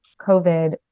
covid